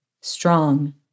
Strong